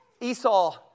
Esau